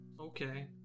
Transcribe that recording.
Okay